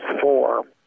four